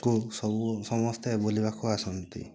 କୁ ସବୁ ସମସ୍ତେ ବୁଲିବାକୁ ଆସନ୍ତି